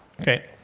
Okay